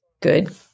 good